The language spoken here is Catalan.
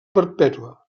perpètua